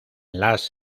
las